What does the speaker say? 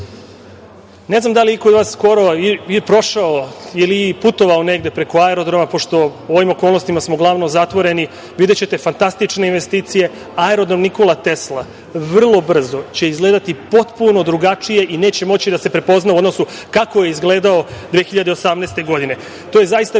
znam da li je iko od vas skoro prošao ili putovao negde preko aerodroma, pošto u ovim okolnostima smo uglavnom zatvoreni, videćete fantastične investicije. Aerodrom „Nikola Tesla“ vrlo brzo će izgledati potpuno drugačije i neće moći da se prepozna u odnosu kako je izgledao 2018. godine. To je zaista bila